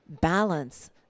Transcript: balance